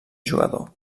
jugador